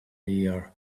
year